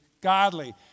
godly